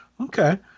okay